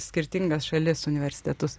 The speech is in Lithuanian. skirtingas šalis universitetus